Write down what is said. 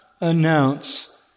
announce